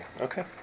okay